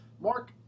Mark